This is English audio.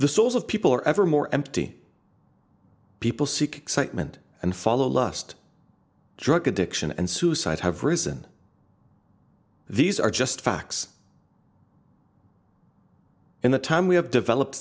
of people are evermore empty people seek excitement and follow lust drug addiction and suicide have risen these are just facts in the time we have developed